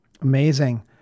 Amazing